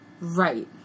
Right